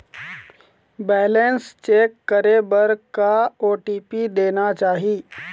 Balance check करे बर का ओ.टी.पी देना चाही?